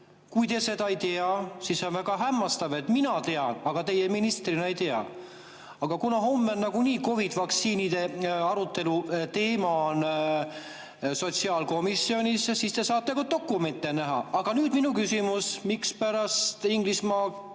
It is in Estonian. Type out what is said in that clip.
Kui te seda ei tea, siis on väga hämmastav, et mina tean, aga teie ministrina ei tea. Aga kuna homme on nagunii COVID-i vaktsiinide teemal sotsiaalkomisjonis arutelu, siis te saate ka dokumente näha. Aga nüüd minu küsimus. Mispärast Inglismaa